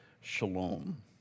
shalom